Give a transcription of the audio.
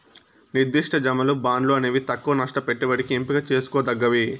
నిర్దిష్ట జమలు, బాండ్లు అనేవి తక్కవ నష్ట పెట్టుబడికి ఎంపిక చేసుకోదగ్గవి